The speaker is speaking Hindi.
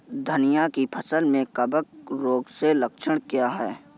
धनिया की फसल में कवक रोग के लक्षण क्या है?